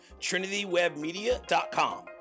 trinitywebmedia.com